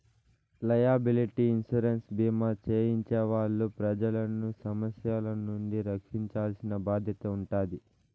liability insurance భీమా చేయించే వాళ్ళు ప్రజలను సమస్యల నుండి రక్షించాల్సిన బాధ్యత ఉంటాది